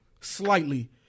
Slightly